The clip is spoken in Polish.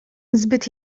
zbyt